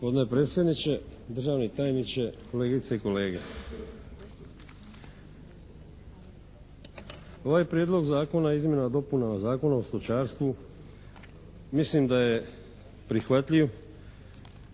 Gospodine predsjedniče, državni tajniče, kolegice i kolege! Ovaj prijedlog zakona o izmjenama i dopunama Zakona o stočarstvu mislim da je prihvatljiv